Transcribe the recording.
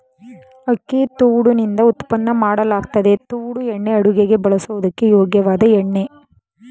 ಅಕ್ಕಿ ತವುಡುನಿಂದ ಉತ್ಪನ್ನ ಮಾಡಲಾಗ್ತದೆ ತವುಡು ಎಣ್ಣೆ ಅಡುಗೆಗೆ ಬಳಸೋದಕ್ಕೆ ಯೋಗ್ಯವಾದ ಎಣ್ಣೆ